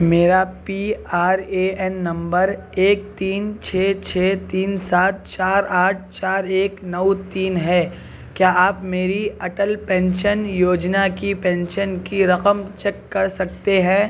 میرا P R A N number ایک تین چھ چھ تین سات چار آٹھ چار ایک نو تین ہے کیا آپ میری اٹل پینشن یوجنا کی پینشن کی رقم چیک کر سکتے ہیں